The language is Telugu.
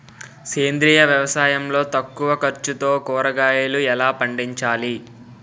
సేంద్రీయ వ్యవసాయం లో తక్కువ ఖర్చుతో కూరగాయలు ఎలా పండించాలి?